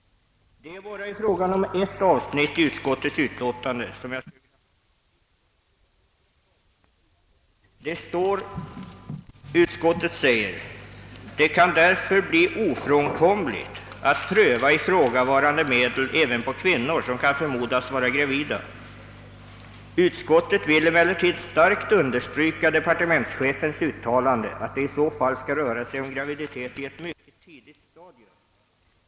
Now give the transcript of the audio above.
Det är bara i fråga om ett avsnitt i utskottets utlåtande som jag skulle vilja ha ett förtydligande. Utskottet säger: »Det kan därför bli ofrånkomligt att pröva ifrågavarande medel även på kvinnor som kan förmodas vara gravida. Utskottet vill emellertid starkt understryka departementschefens uttalande att det i så fall skall röra sig om graviditet i ett mycket tidigt stadium.